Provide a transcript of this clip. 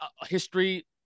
history